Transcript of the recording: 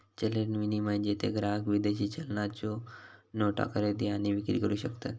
चलन विनिमय, जेथे ग्राहक विदेशी चलनाच्यो नोटा खरेदी आणि विक्री करू शकतत